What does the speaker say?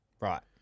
Right